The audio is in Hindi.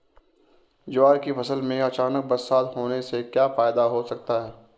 ज्वार की फसल में अचानक बरसात होने से क्या फायदा हो सकता है?